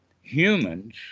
humans